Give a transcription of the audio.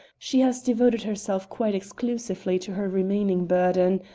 she has devoted herself quite exclusively to her remaining burden.